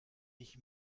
dich